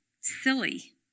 silly